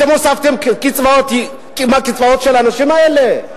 אתם הוספתם קצבאות של האנשים האלה?